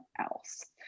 else